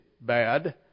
bad